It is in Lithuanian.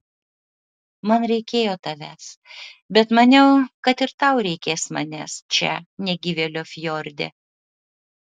man reikėjo tavęs bet maniau kad ir tau reikės manęs čia negyvėlio fjorde